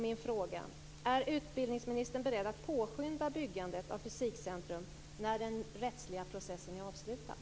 Min fråga lyder: Är utbildningsministern beredd att påskynda byggandet av Fysikcentrum när den rättsliga processen är avslutad?